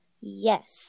yes